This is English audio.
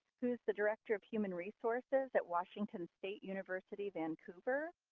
who's the director of human resources at washington state university, vancouver,